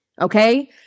Okay